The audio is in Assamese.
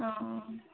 অঁ অঁ